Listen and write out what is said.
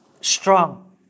strong